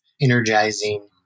energizing